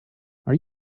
are